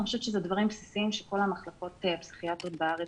אני חושבת שזה דברים בסיסיים שכל המחלקות הפסיכיאטריות בארץ,